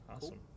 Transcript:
awesome